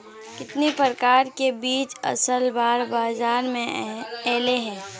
कितने प्रकार के बीज असल बार बाजार में ऐले है?